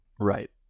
Right